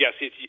Yes